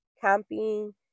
camping